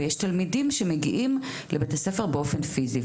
ויש תלמידים שמגיעים לבתי ספר באופן פיזי,